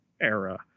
era